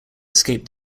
escape